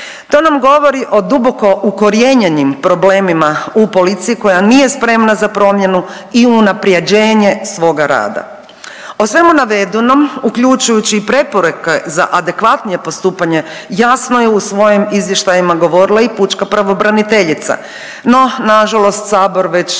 To nam govori o duboko ukorijenjenim problemima u policiji koja nije spremna za promjenu i unaprjeđenje svoga rada. O svemu navedenom, uključujući i preporuke za adekvatnije postupanje jasno je u svojim izvještajima govorila i pučka pravobraniteljica, no nažalost sabor već